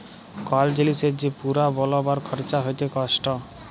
call জিলিসের যে পুরা বলবার খরচা হচ্যে কস্ট